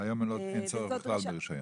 שהיום אין צורך בכלל ברישיון?